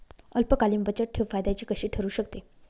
अल्पकालीन बचतठेव फायद्याची कशी ठरु शकते?